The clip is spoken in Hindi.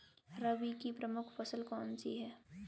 रबी की प्रमुख फसल कौन सी है?